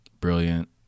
brilliant